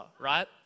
right